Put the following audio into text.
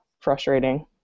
frustrating